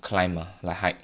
climb ah like hike